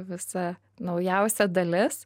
visa naujausia dalis